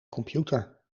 computer